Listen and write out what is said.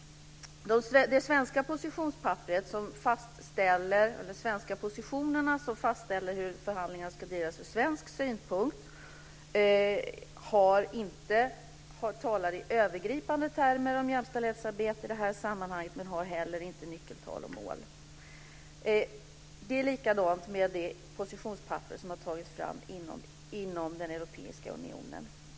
I de svenska positioner som fastställer hur förhandlingarna ska drivas från svensk synpunkt talas i övergripande termer om jämställdhetsarbete, men här finns heller inga nyckeltal och mål. Det är likadant med det positionspapper som har tagits fram inom den europeiska unionen.